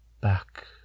Back